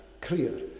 clear